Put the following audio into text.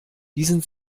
diesen